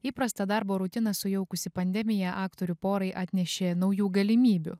įprastą darbo rutiną sujaukusi pandemija aktorių porai atnešė naujų galimybių